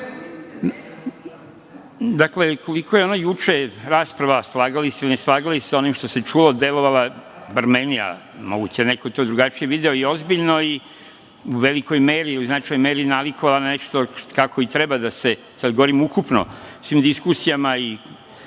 Hvala. Dakle, koliko je ona juče rasprava, slagali se ili se ne slagali onim što se čulo, delovala, bar meni, a moguće da neko to drugačije video i ozbiljno i u velikoj meri ili značajnoj meri nalikovala na nešto kako i treba da se, kad govorim ukupno, o svim diskusijama i